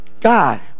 god